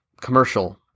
commercial-